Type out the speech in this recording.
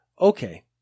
okay